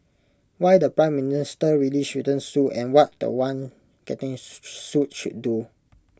why the Prime Minister really shouldn't sue and what The One getting sued should do